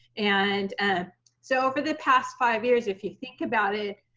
and ah so for the past five years, if you think about it,